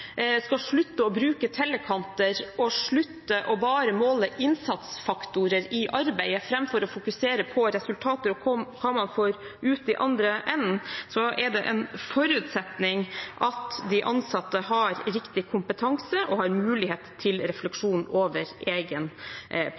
skal slutte å bruke tellekanter og slutte bare å måle innsatsfaktorer i arbeidet framfor å fokusere på resultater og hva man får ut i andre enden, er det en forutsetning at de ansatte har riktig kompetanse og mulighet til refleksjon over egen